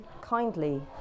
kindly